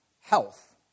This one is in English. health